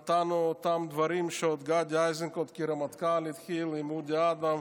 נתנו אותם דברים שגדי איזנקוט כרמטכ"ל עוד התחיל עם אודי אדם,